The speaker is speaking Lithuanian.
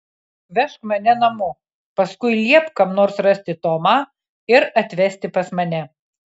vežk mane namo paskui liepk kam nors rasti tomą ir atvesti pas mane